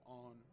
on